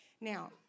Now